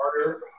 harder